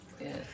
Yes